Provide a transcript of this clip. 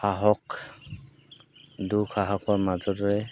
সাহস দুখ সাহকৰ মাজতে